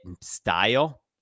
style